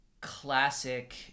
classic